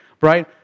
Right